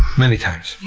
many times.